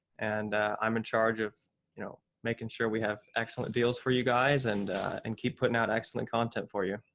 and i'm in charge of you know making sure we have excellent deals for you guys, and and keep puttin' out excellent content for ya.